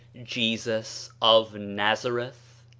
jesus of nazareth?